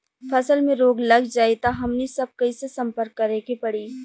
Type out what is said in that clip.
फसल में रोग लग जाई त हमनी सब कैसे संपर्क करें के पड़ी?